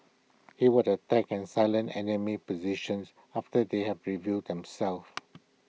he would attack and silence enemy positions after they had revealed them self